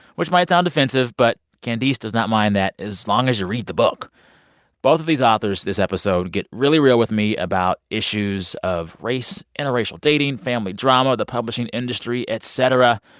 which might sound offensive, but candice does not mind that as long as you read the book both of these authors this episode get really real with me about issues of race, interracial dating, family drama, the publishing industry, et cetera.